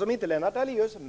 Hör inte Lennart Daléus ljudet